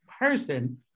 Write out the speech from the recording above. person